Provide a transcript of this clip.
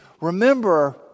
remember